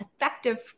effective